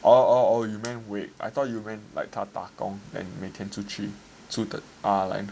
oh oh you mean wake I thought you mean like 他打工 and